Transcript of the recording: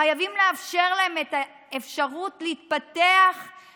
חייבים לאפשר להם את האפשרות להתפתח,